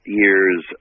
years